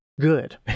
good